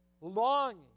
longing